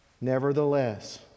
Nevertheless